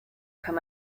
kann